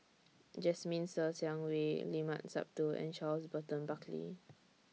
Jasmine Ser Xiang Wei Limat Sabtu and Charles Burton Buckley